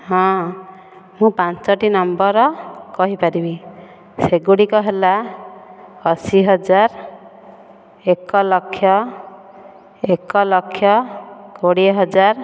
ହଁ ମୁଁ ପାଞ୍ଚଟି ନମ୍ବର କହିପାରିବି ସେଗୁଡ଼ିକ ହେଲା ଅଶି ହଜାର ଏକଲକ୍ଷ ଏକଲକ୍ଷ କୋଡ଼ିଏହଜାର